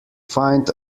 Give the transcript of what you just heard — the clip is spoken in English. find